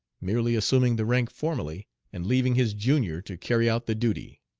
merely assuming the rank formally and leaving his junior to carry out the duty.